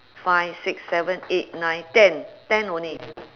five six seven eight nine ten ten only